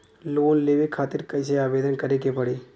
Loan लेवे खातिर कइसे आवेदन करें के पड़ी?